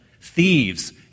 Thieves